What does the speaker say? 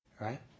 right